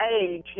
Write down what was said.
age